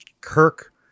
Kirk